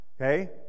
Okay